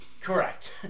Correct